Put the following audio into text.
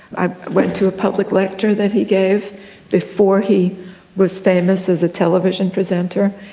i went to a public lecture that he gave before he was famous as a television presenter,